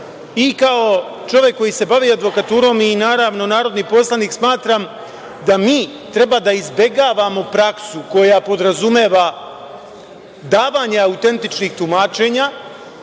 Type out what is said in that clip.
i kao čovek koji se bavi advokaturom i naravno narodni poslanik smatram da mi treba da izbegavamo praksu koja podrazumeva davanje autentičnih tumačenja,